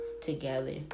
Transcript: together